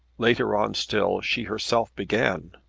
later on still she herself began.